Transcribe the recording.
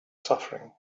suffering